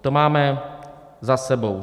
To máme za sebou.